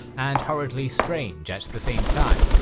and horridly strange at the same time.